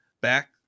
back